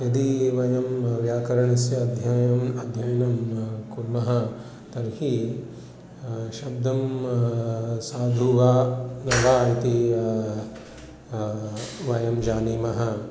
यदि वयं व्याकरणस्य अध्ययनम् अध्ययनं कुर्मः तर्हि शब्दं साधु वा न वा इति वयं जानीमः